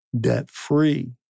debt-free